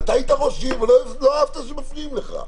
אתה היית ראש עיר, ולא אהבת שמפריעים לך.